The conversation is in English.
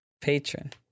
patron